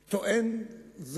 שטוען,